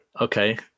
okay